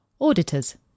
Auditors